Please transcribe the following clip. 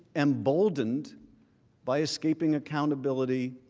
emboldened by escaping accountability